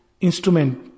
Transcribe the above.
instrument